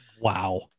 Wow